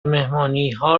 مهمانیها